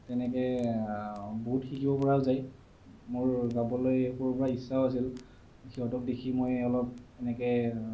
তেনেকৈ বহুত শিকিব পৰা যায় মোৰ গাবলৈ সৰুৰেপৰা ইচ্ছাও আছিল সিহঁতক দেখি মই অলপ এনেকৈ